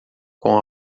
com